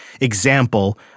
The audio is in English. example